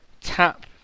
tap